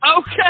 okay